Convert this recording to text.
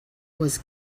was